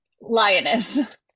lioness